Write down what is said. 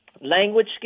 language